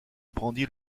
brandit